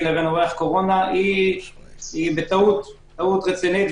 לבין אורח קורונה היא טעות רצינית,